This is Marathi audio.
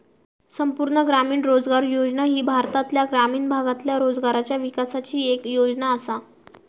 संपूर्ण ग्रामीण रोजगार योजना ही भारतातल्या ग्रामीण भागातल्या रोजगाराच्या विकासाची येक योजना आसा